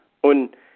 Und